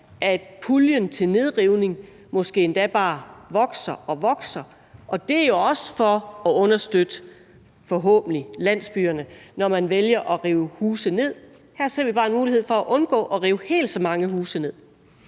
at puljen til nedrivning måske endda bare vokser og vokser, og det er jo også for at understøtte – forhåbentlig – landsbyerne, når man vælger at rive huse ned. Her ser vi bare en mulighed for at undgå at rive helt så mange huse ned.